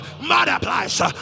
multiplies